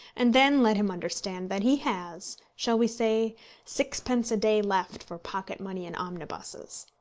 and then let him understand that he has shall we say sixpence a day left for pocket-money and omnibuses.